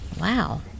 Wow